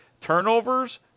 turnovers